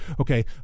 Okay